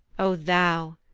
o thou,